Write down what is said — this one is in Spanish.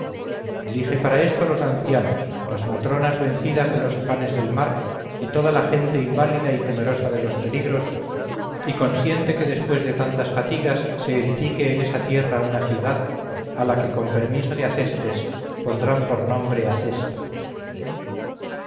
elige para esto los ancianos las matronas vencidas de los afanes del mar y toda la gente inválida y temerosa de los peligros y consiente que después de tantas fatigas se edifique en esa tierra una ciudad a la que con permiso de acestes pondrán por nombre acesta